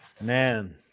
man